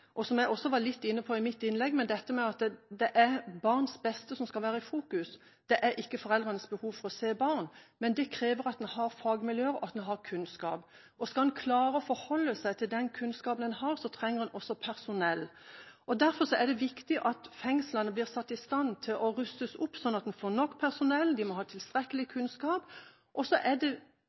inne på det i mitt innlegg, at det er barns beste som skal være i fokus, ikke foreldrenes behov for å se barna. Men det krever at en har fagmiljøer og kunnskap. Skal en klare å forholde seg til den kunnskapen en har, trenger en også personell. Derfor er det viktig at fengslene blir satt i stand og rustes opp sånn at en får nok personell. De må ha tilstrekkelig kunnskap. Og når det gjelder forebyggingsarbeidet, er det